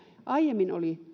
aiemmin hoitotyö oli